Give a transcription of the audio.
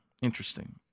Interesting